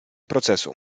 procesu